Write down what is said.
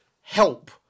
help